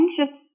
anxious